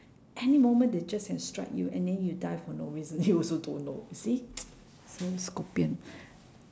any moment they just can strike you and then you die for no reason you also don't know you see so scorpion